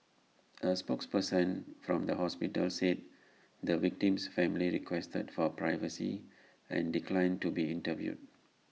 A spokesperson from the hospital said the victim's family requested for privacy and declined to be interviewed